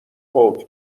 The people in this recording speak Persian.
فوت